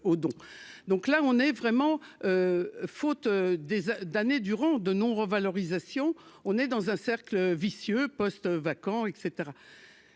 donc là on est vraiment faute des d'années durant, de non-revalorisation, on est dans un cercle vicieux postes vacants et